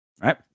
Right